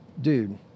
dude